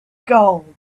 gold